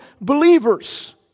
believers